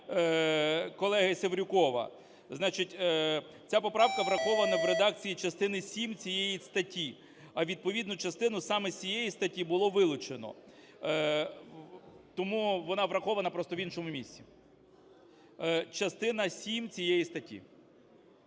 колеги Севрюкова. Ця поправка врахована в редакції частини сім цієї статті. А відповідну частину саме з цієї статті було вилучено, тому… вона врахована просто в іншому місці. Частина сім цієї статті.